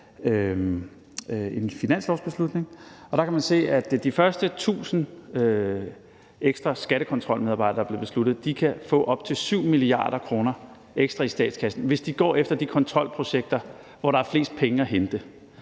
en finanslovsbelutning. Der kan man se, at de første 1.000 ekstra skattekontrolmedarbejdere, som det blev besluttet at ansætte, kan få op til 7 mia. kr. ekstra i statskassen, hvis de går efter de kontrolprojekter, hvor der er flest penge at hente.